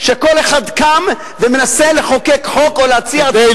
שכל אחד קם ומנסה לחוקק חוק או להציע הצעות חוק,